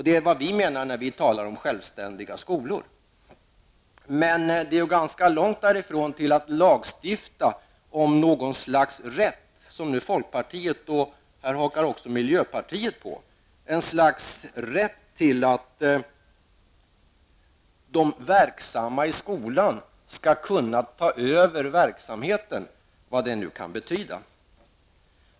Det är vad vi menar när vi talar om självständiga skolor. Det är ganska långt därifrån till att lagstifta om något slags rätt -- som folkpartiet nu vill och som även miljöpartiet hakar på -- för de verksamma i skolan att kunna ta över verksamheten, vad det nu kan betyda.